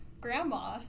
grandma